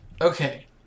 Okay